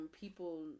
people